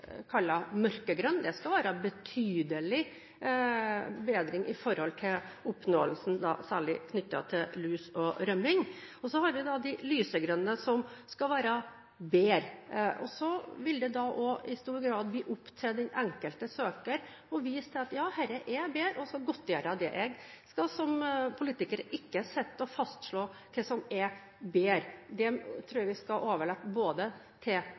særlig knyttet til lus og rømming. Så har vi de lysegrønne, som skal være bedre. Det vil da også i stor grad bli opp til den enkelte søker å vise til at dette er bedre og godtgjøre det. Jeg skal som politiker ikke sitte og fastslå hva som er bedre. Det tror jeg vi skal overlate til både